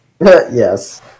Yes